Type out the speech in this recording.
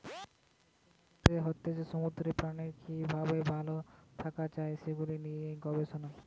aquaculture হচ্ছে সামুদ্রিক প্রাণীদের কি ভাবে ভাল থাকা যায় সে লিয়ে গবেষণা